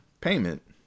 payment